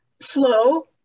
slow